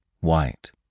white